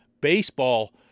baseball